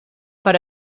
per